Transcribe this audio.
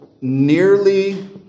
nearly